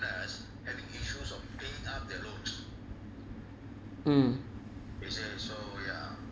mm